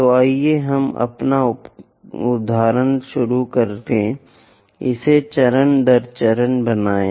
तो आइए हम अपना उदाहरण शुरू करें इसे चरण दर चरण बनाएं